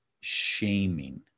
shaming